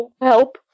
help